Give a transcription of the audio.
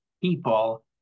people